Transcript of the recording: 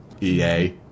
EA